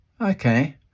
Okay